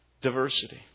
diversity